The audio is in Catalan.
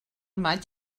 maig